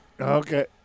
Okay